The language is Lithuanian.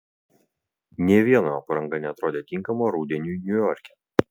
nė vieno apranga neatrodė tinkama rudeniui niujorke